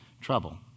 trouble